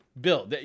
Bill